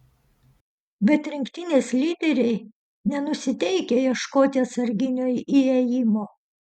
bet rinktinės lyderiai nenusiteikę ieškoti atsarginio įėjimo